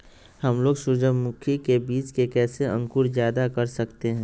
हमलोग सूरजमुखी के बिज की कैसे अंकुर जायदा कर सकते हैं?